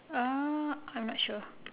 uh I am not sure